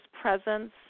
presence